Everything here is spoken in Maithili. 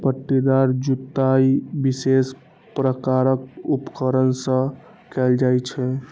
पट्टीदार जुताइ विशेष प्रकारक उपकरण सं कैल जाइ छै